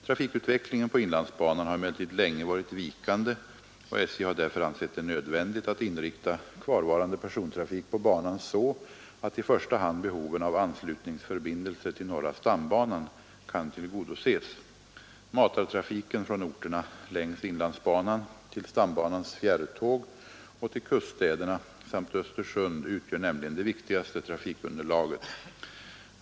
Trafikutvecklingen på inlandsbanan har emellertid länge varit vikande, och SJ har därför ansett det nödvändigt att inrikta kvarvarande persontrafik på banan så, att i första hand behoven av anslutningsförbindelser till norra stambanan kan tillgodoses. Matartrafiken från orterna längs inlandsbanan till stambanans fjärrtåg och till kuststäderna samt Östersund utgör nämligen det viktigaste trafikunderlaget.